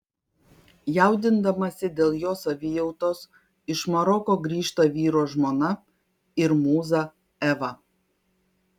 jaudindamasi dėl jo savijautos iš maroko grįžta vyro žmona ir mūza eva